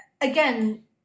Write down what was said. again